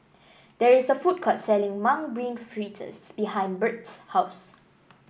there is a food court selling Mung Bean Fritters behind Burt's house